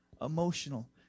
emotional